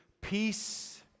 peace